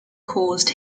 caused